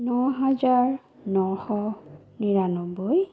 ন হাজাৰ নশ নিৰান্নব্বৈ